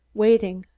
waiting,